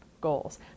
goals